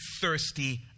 thirsty